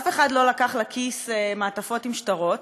אף אחד לא לקח לכיס מעטפות עם שטרות,